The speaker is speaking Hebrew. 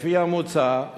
לפי המוצע,